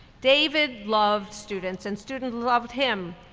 david loved students, and students loved him.